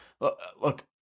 look